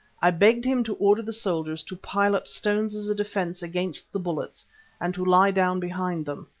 i begged him to order the soldiers to pile up stones as a defence against the bullets and to lie down behind them.